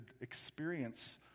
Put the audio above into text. experience